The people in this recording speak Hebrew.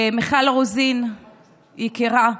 מיכל רוזין, יקירה,